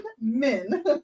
men